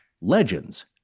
legends